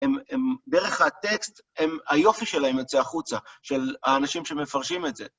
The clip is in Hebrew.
הם, דרך הטקסט, היופי שלהם יוצא החוצה, של האנשים שמפרשים את זה.